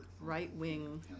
right-wing